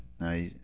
Now